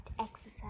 exercise